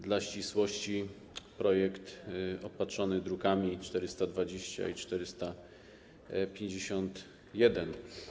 Dla ścisłości, projekt jest opatrzony drukami nr 420 i 451.